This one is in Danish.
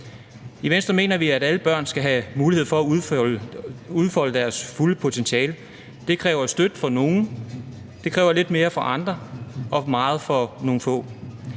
I Venstre mener vi, at alle børn skal have muligheder for at udfolde deres fulde potentiale. Det kræver støtte for nogle, det kræver lidt mere for andre og meget for nogle få,